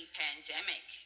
pandemic